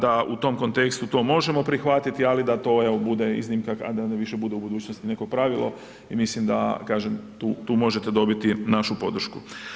Da u tom kontekstu, to možemo prihvatiti, ali da to evo, bude iznimka, kada više bude u budućnosti neko pravilo i mislim da kaže, tu možete dobiti našu podršku.